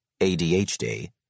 ADHD